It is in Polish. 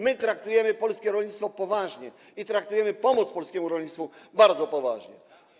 My traktujemy polskie rolnictwo poważnie, traktujemy pomoc polskiemu rolnictwu bardzo poważnie.